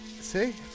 See